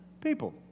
people